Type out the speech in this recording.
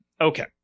okay